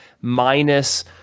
minus